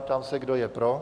Ptám se, kdo je pro?